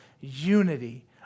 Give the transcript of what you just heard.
unity